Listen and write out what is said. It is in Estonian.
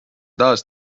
taas